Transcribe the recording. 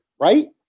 Right